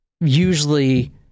usually